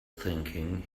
thinking